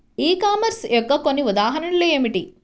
ఈ కామర్స్ యొక్క కొన్ని ఉదాహరణలు ఏమిటి?